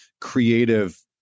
creative